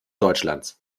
deutschlands